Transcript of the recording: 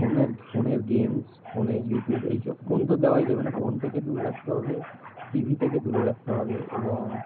ফোনের ফোনের গেমস ফোনে ইউটিউব এইসব ফোন তো দেওয়াই যাবে না ফোন থেকে দূরে রাখতে হবে টিভি থেকে দূরে রাখতে হবে এবং